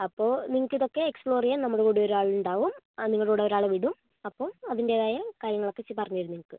അപ്പോൾ നിങ്ങൾക്കിതൊക്കെ എക്സ്പ്ലോർ ചെയ്യാൻ നമ്മുടെകൂടെ ഒരാളുണ്ടാവും ആ നിങ്ങളുടെകൂടെ ഒരാളെ വിടും അപ്പം അതിൻ്റേതായ കാര്യങ്ങളെക്കുറിച്ച് പറഞ്ഞ് തരും നിങ്ങൾക്ക്